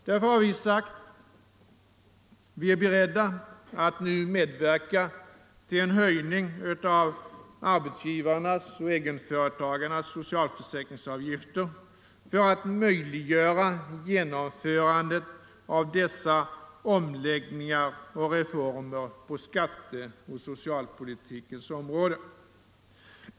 Därför har vi sagt att vi är beredda att nu medverka till en höjning av arbetsgivarnas och egenföretagarnas socialförsäkringsavgifter för att möjliggöra genomförandet av dessa omläggningar och reformer på skatteoch socialpolitikens område.